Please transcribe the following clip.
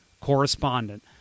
correspondent